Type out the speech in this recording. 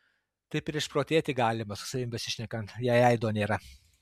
tai ir išprotėti galima su savimi besišnekant jei aido nėra